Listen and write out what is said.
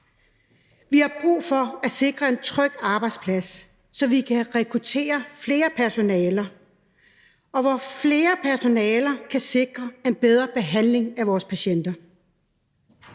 Vi har brug for at sikre en tryg arbejdsplads, så vi kan rekruttere flere personaler, og hvor flere personaler kan sikre en bedre behandling af vores patienter.